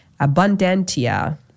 Abundantia